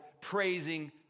praising